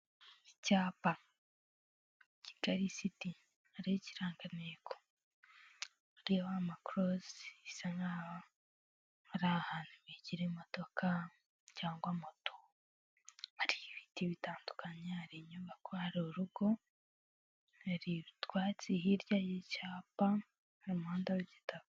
Icyapa kigarilisiti na kirangaye ko uho macrose isa nkaho ari ahantu hikiri imodoka cyangwa moto hari ibiti bitandukanye hari inyubako hari urugo nari utwatsi hirya y'icyapa numuhanda w'igitabo.